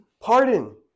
pardon